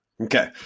Okay